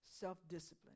self-discipline